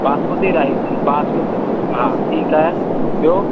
basmati rice basmati हा ठीकु आहे ॿियो